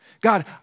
God